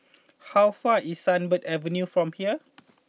how far away is Sunbird Avenue from here